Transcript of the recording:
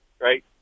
Right